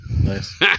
Nice